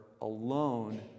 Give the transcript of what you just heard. alone